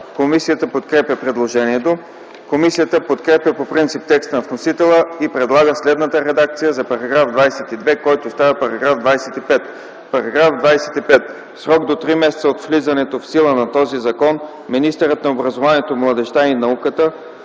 Комисията подкрепя предложението. Комисията подкрепя по принцип текста на вносителя и предлага следната редакция за § 22, който става § 25: „§ 25. В срок до три месеца от влизането в сила на този закон министърът на образованието, младежта и науката: